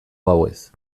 gauez